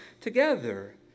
together